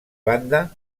banda